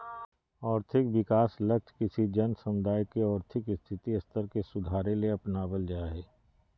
और्थिक विकास लक्ष्य किसी जन समुदाय के और्थिक स्थिति स्तर के सुधारेले अपनाब्ल जा हइ